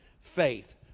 faith